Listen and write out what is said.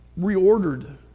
reordered